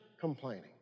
complaining